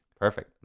Perfect